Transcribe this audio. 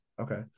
Okay